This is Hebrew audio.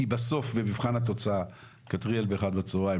כי בסוף במבחן התוצאה ב-13:00 בצהריים